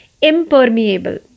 Impermeable